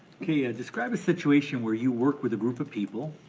okay, describe a situation where you work with a group of people.